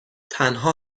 تنها